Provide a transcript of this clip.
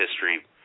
history